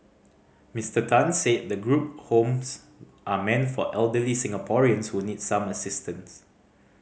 Mister Tan said the group homes are meant for elderly Singaporeans who need some assistance